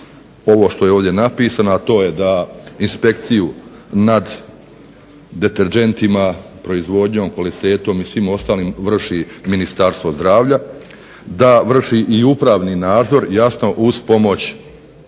ovo što je ovdje napisano, a to je da inspekciju nad deterdžentima, proizvodnjom, kvalitetom i svim ostalim vrši Ministarstvo zdravlja, da vrši i upravni nadzor jasno uz pomoć